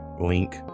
link